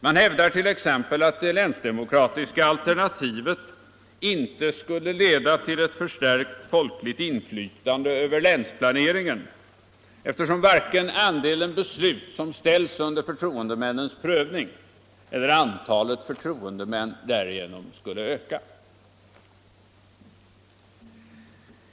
Man hävdar t.ex. att det länsdemokratiska alternativet inte skulle leda till ett förstärkt folkligt inflytande över länsplaneringen, eftersom varken andelen beslut som ställs under förtroendemännens prövning eller antalet förtroendemän därigenom skulle öka.